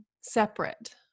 separate